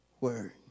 word